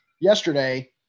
yesterday